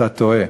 אתה טועה.